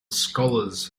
scholars